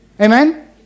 Amen